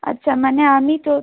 আচ্ছা মানে আমি চো